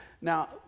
now